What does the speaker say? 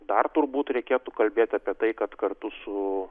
dar turbūt reikėtų kalbėti apie tai kad kartu su